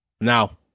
now